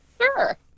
Sure